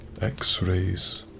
x-rays